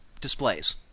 displays